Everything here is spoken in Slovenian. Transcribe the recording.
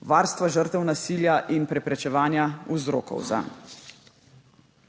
varstva žrtev nasilja in preprečevanja vzrokov zanj.